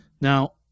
now